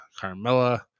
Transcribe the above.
carmella